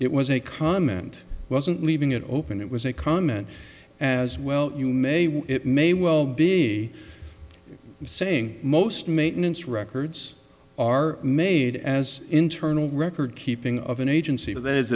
it was a comment wasn't leaving it open it was a comment as well you may it may well be i'm saying most maintenance records are made as internal record keeping of an agency that is